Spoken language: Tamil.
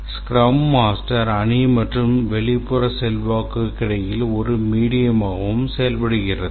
ஸ்க்ரம் மாஸ்டர் அணி மற்றும் வெளிப்புற செல்வாக்கிற்கு இடையில் ஒரு மீடியமாகவும் செயல்படுகிறது